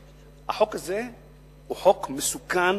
שהחוק הזה הוא חוק מסוכן